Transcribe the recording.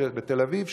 בתל-אביב,